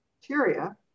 bacteria